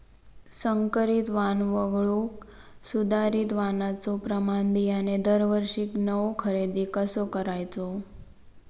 संकरित वाण वगळुक सुधारित वाणाचो प्रमाण बियाणे दरवर्षीक नवो खरेदी कसा करायचो?